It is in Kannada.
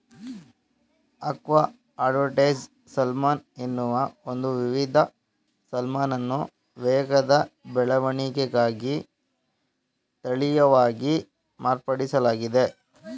ಆಕ್ವಾ ಅಡ್ವಾಂಟೇಜ್ ಸಾಲ್ಮನ್ ಎನ್ನುವ ಒಂದು ವಿಧದ ಸಾಲ್ಮನನ್ನು ವೇಗದ ಬೆಳವಣಿಗೆಗಾಗಿ ತಳೀಯವಾಗಿ ಮಾರ್ಪಡಿಸ್ಲಾಗಿದೆ